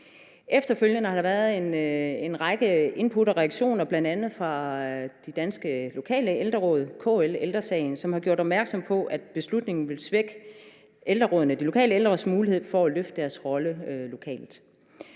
Efterfølgende har der været en række input og reaktioner, bl.a. fra de danske lokale ældreråd, KL, Ældre Sagen, som har gjort opmærksom på, at beslutningen vil svække de lokale ældreråds mulighed for at løfte deres rolle lokalt.